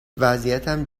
وضعیتم